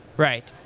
right.